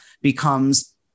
becomes